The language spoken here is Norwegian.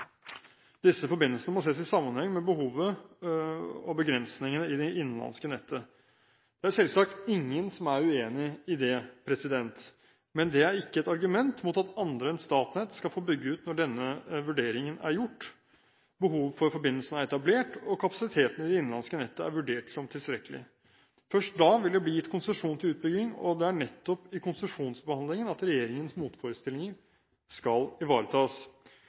disse forbindelsene må ses i sammenheng med behovet og begrensningene i det innenlandske nettet. Det er selvsagt ingen som er uenig i det. Men det er ikke et argument mot at andre enn Statnett skal få bygge ut når denne vurderingen er gjort, behovet for forbindelsen er etablert og kapasiteten i det innenlandske nettet er vurdert som tilstrekkelig. Først da vil det bli gitt konsesjon til utbygging, og det er nettopp i konsesjonsbehandlingen at regjeringens motforestillinger skal ivaretas.